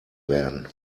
werden